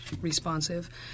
responsive